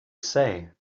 say